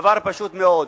דבר פשוט מאוד.